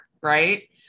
right